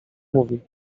mówi